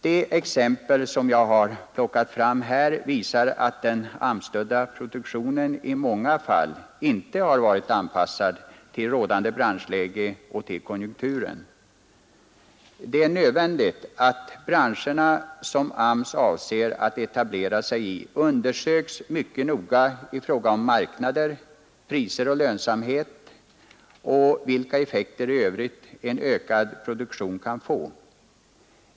De exempel som jag här har plockat fram visar att den AMS-stödda produktionen i många fall inte varit anpassad till rådande branschläge och till konjunkturen. Det är nödvändigt att branscherna som AMS avser att etablera sig i undersöks mycket noga i fråga om marknader, priser och lönsamhet och vilka effekter i övrigt en ökad produktion kan få.